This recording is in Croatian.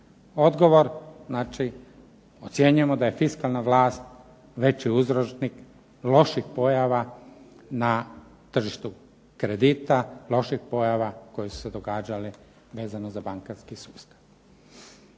Odgovor znači ocjenjujemo da je fiskalna vlast veći uzročnik loših pojava na tržištu kredita, loših pojava koje su se događale vezano za bankarski sustav.